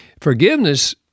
forgiveness